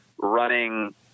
running